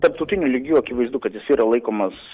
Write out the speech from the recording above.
tarptautiniu lygiu akivaizdu kad jis yra laikomas